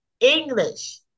English